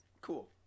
Cool